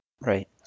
Right